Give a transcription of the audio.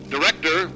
Director